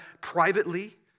privately